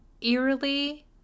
eerily